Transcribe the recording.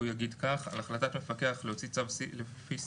הוא יגיד כך: 12ב. על החלטת מפקח להוציא צו לפי